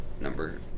number